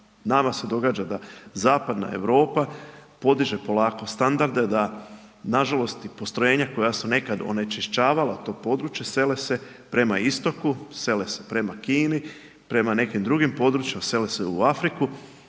Nama se događa da zapadna Europa podiže polako standarde da nažalost i postrojenja koja su nekad onečišćavala to područje sele su prema istoku, sele se prema Kini, prema nekim drugim područjima, sele se u Afriku,